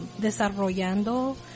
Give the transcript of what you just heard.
desarrollando